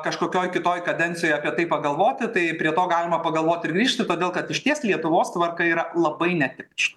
kažkokioj kitoj kadencijoj apie tai pagalvoti tai prie to galima pagalvoti ir grįžti todėl kad išties lietuvos tvarka yra labai netipiška